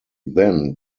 then